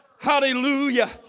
Hallelujah